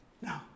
no